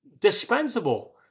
dispensable